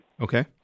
Okay